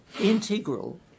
integral